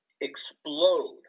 explode